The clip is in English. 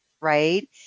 Right